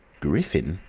griffin?